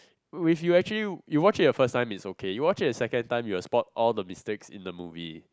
if you actually you you watch it the first time is okay you watch it a second time you will spot all the mistakes in the movie